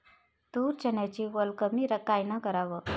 तूर, चन्याची वल कमी कायनं कराव?